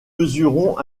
mesurons